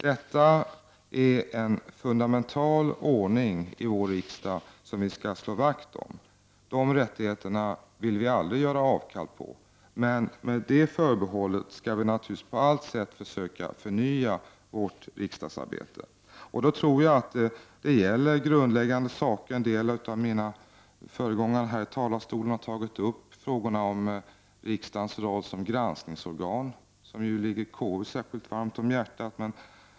Detta är en fundamental ordning i vår riksdag som vi skall slå vakt om. De rättigheterna vill vi aldrig göra avkall på. Men med det förbehållet skall vi naturligtvis på allt sätt försöka förnya vårt riksdagsarbete. Då tror jag att det gäller grundläggande saker. En del av mina föregångare här i talarstolen har tagit upp frågorna om riksdagens roll som granskningsorgan, som ju ligger KU särskilt varmt om hjärtat.